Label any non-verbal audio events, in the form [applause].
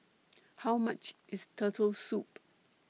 [noise] How much IS Turtle Soup